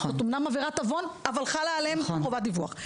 זאת אמנם עבירת עוון אבל חלה עליהם חובת דיווח.